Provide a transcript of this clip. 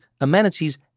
amenities